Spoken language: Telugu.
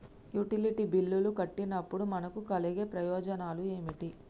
యుటిలిటీ బిల్లులు కట్టినప్పుడు మనకు కలిగే ప్రయోజనాలు ఏమిటి?